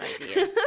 idea